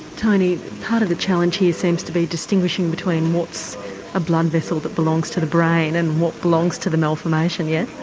tony, part of the challenge here seems to be distinguishing between what's a blood vessel that belongs to the brain and what belongs to the malformation. yes,